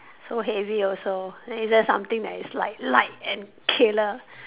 so heavy also is there something that is like light and killer